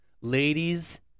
Ladies